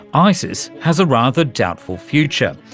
isis has a rather doubtful future,